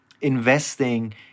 investing